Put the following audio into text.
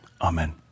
Amen